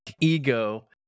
ego